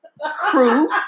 crew